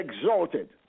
exalted